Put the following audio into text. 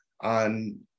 on